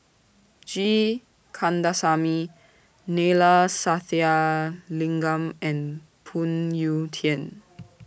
G Kandasamy Neila Sathyalingam and Phoon Yew Tien